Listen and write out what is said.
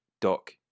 dock